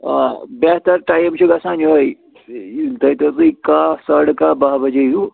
آ بہتر ٹایِم چھُ گژھان یِہوٚے کَہہ ساڑٕ کَہہ بَہہ بَجے ہیوٗ